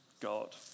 God